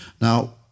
Now